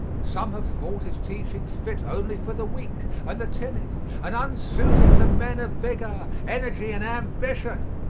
some have thought his teachings fit only for the weak and the timid and unsuited to men of vigor, energy and ambition.